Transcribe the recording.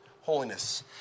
Holiness